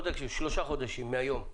שלושה חודשים מהיום,